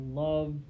love